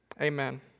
amen